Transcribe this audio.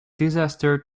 disaster